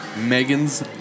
Megan's